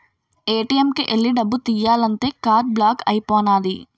ATM కు ఎల్లి డబ్బు తియ్యాలంతే కార్డు బ్లాక్ అయిపోనాది